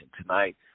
tonight